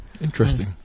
Interesting